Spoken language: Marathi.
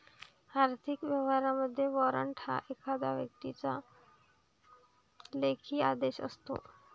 आर्थिक व्यवहारांमध्ये, वॉरंट हा एखाद्या व्यक्तीचा लेखी आदेश असतो